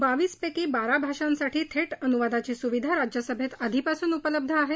बावीस पैकी बारा भाषांसाटी थेट अनुवादाची सुविधा राज्यसभेत आधीपासून उपलब्ध आहे